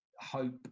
hope